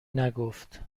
نگفت